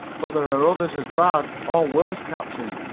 but there are others as bad, or worse, captain.